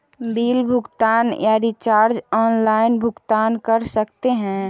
Bill भुगतान या recharge online भुगतान कर सकते हैं?